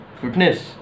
Fitness